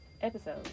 episode